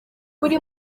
buri